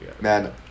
man